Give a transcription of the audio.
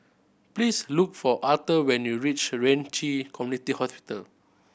please look for Arthur when you reach Ren Ci Community Hospital